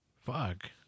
Fuck